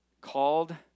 called